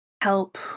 help